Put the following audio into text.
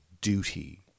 duty